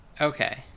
Okay